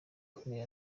yakomeje